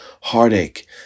heartache